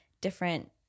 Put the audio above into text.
different